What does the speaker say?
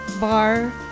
Bar